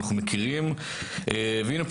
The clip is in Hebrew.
אנחנו מכירים והנה פה,